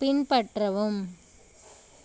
பின்பற்றவும்